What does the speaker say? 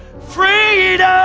freedom.